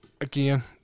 Again